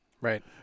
Right